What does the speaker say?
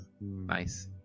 Nice